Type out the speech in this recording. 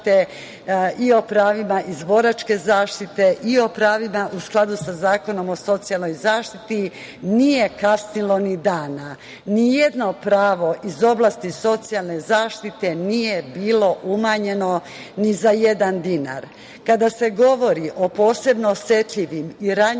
i o pravima iz boračke zaštite i o pravima u skladu sa Zakonom o socijalnoj zaštiti, nije kasnilo ni dana. Nijedno pravo iz oblasti socijalne zaštite nije bilo umanjeno ni za jedan dinar. Kada se govori o posebno osetljivim i ranjivim